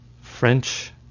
French